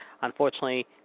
Unfortunately